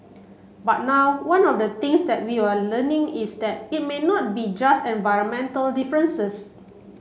but now one of the things that we are learning is that it may not be just environmental differences